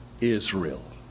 Israel